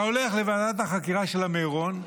אתה הולך לוועדת החקירה של מירון,